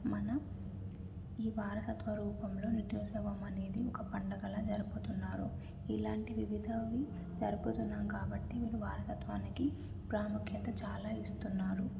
మన ఈ వారసత్వ రూపంలో నృత్య సేవం అనేది ఒక పండగలా జరుపుతున్నారు ఇలాంటి వివిధ జరుపుతున్నాము కాబట్టి మీరు వారసత్వానికి ప్రాముఖ్యత చాలా ఇస్తున్నారు